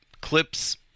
clips